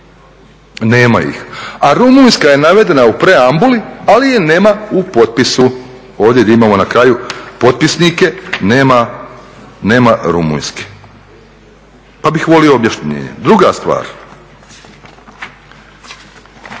Nema ih. A Rumunjska je navedena u preambuli ali je nema u potpisu, ovdje gdje imamo na kraju potpisnike nema Rumunjske pa bih volio objašnjenje. Druga stvar,